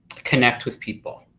connect with people.